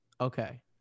Okay